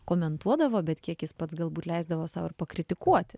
komentuodavo bet kiek jis pats galbūt leisdavo ir sau pakritikuoti